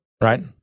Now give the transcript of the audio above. right